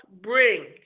bring